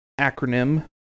acronym